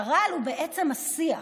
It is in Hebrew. הרעל הוא בעצם השיח,